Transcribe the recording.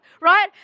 right